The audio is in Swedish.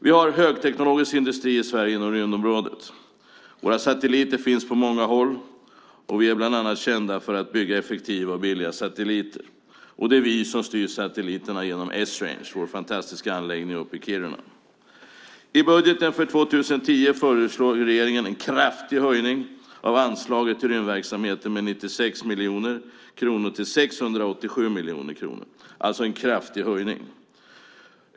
Vi har högteknologisk industri i Sverige inom rymdområdet. Våra satelliter finns på många håll. Vi är kända bland annat för att bygga effektiva och billiga satelliter. Det är vi som styr satelliterna genom Esrange, vår fantastiska anläggning i Kiruna. I budgeten för 2010 föreslår regeringen en kraftig höjning av anslaget till rymdverksamheten med 96 miljoner kronor till 687 miljoner kronor. Det är alltså en kraftig höjning.